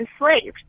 enslaved